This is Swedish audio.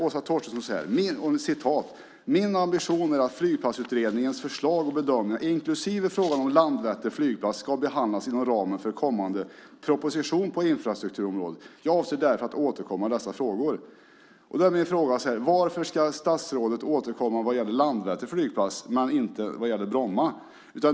Åsa Torstensson skrev så här: "Min ambition är att Flygplatsutredningens förslag och bedömningar, inklusive frågan om Landvetter flygplats, ska behandlas inom ramen för kommande proposition på infrastrukturområdet. Jag avser därför att återkomma i dessa frågor." Då är min fråga: Varför ska statsrådet återkomma vad gäller Landvetter flygplats men inte vad gäller Bromma?